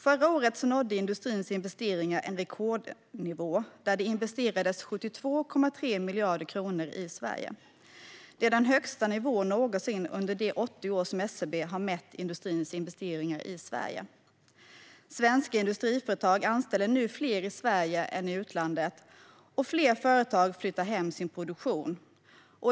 Förra året nådde industrins investeringar en rekordnivå där det investerades 72,3 miljarder kronor i Sverige. Det är den högsta nivån någonsin under de 80 år som SCB har mätt industrins investeringar i Sverige. Svenska industriföretag anställer nu fler i Sverige än i utlandet, och fler företag flyttar hem sin produktion.